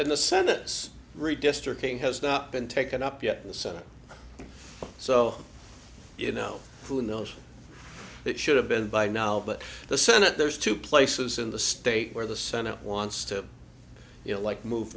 and the senate's redistricting has not been taken up yet in the senate so you know who knows it should've been by now but the senate there's two places in the state where the senate wants to you know like move